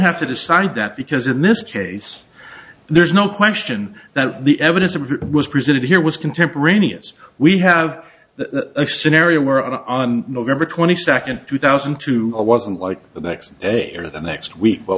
have to decide that because in this case there's no question that the evidence that was presented here was contemporaneous we have a scenario where on november twenty second two thousand and two wasn't like the next day or the next week but